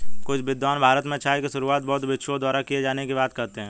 कुछ विद्वान भारत में चाय की शुरुआत बौद्ध भिक्षुओं द्वारा किए जाने की बात कहते हैं